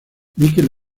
mikel